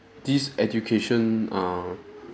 this education err